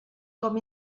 com